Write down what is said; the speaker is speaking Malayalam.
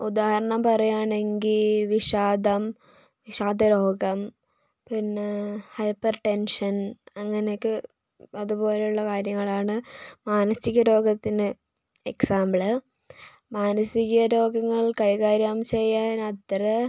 ഉദാഹരണം പറയുകയാണെങ്കിൽ വിഷാദം വിഷാദ രോഗം പിന്നേ ഹൈപ്പർ ടെൻഷൻ അങ്ങനൊക്കെ അതുപോലുള്ള കാര്യങ്ങളാണ് മാനസിക രോഗത്തിനു എക്സാമ്പിള് മാനസിക രോഗങ്ങൾ കൈകാര്യം ചെയ്യാൻ അത്ര